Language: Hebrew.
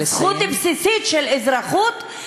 זכות בסיסית של אזרחות,